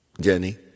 Jenny